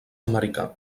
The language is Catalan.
americà